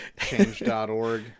Change.org